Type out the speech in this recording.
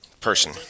person